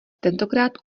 tentokrát